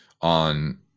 on